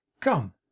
Come